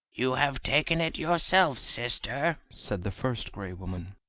you have taken it yourself, sister, said the first gray woman.